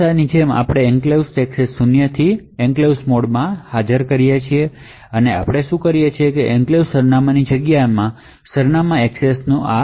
હંમેશની જેમ આપણે એન્ક્લેવ્સ ની એક્સેસ શૂન્યથી એન્ક્લેવ્સ મોડમાં હા કરી છે આપણે અહીં આવીએ છીએ એન્ક્લેવ્સ સરનામાંની જગ્યામાં સરનામાંની એક્સેસ આ હા છે